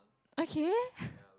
okay